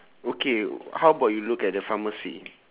okay how about you look at the pharmacy